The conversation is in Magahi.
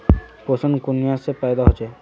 पोषण कुनियाँ से पैदा होचे?